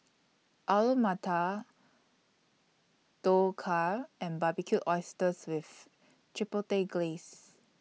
Alu Matar Dhokla and Barbecued Oysters with Chipotle Glaze